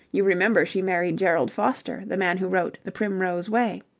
you remember she married gerald foster, the man who wrote the primrose way?